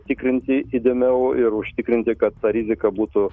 tikrinti įdėmiau ir užtikrinti kad ta rizika būtų